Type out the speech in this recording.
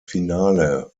finale